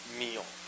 meal